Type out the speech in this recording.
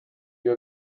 you